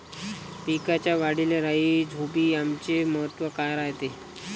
पिकाच्या वाढीले राईझोबीआमचे महत्व काय रायते?